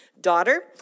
daughter